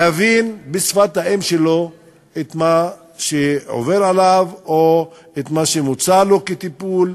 להבין בשפת האם שלו את מה שעובר עליו או את מה שמוצע לו כטיפול.